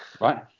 right